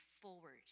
forward